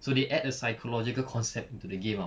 so they add a psychological concept to the game [tau]